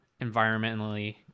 environmentally